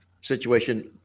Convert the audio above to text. situation